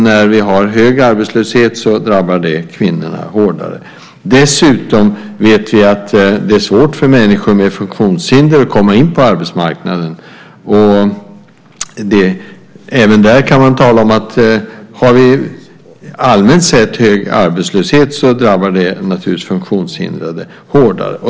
När vi har hög arbetslöshet drabbar det därför kvinnorna hårdare. Dessutom vet vi att det är svårt för människor med funktionshinder att komma in på arbetsmarknaden. Även där kan man tala om att ifall vi allmänt sett har hög arbetslöshet så drabbar det naturligtvis de funktionshindrade hårdare.